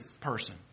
person